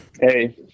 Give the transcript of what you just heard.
Hey